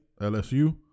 LSU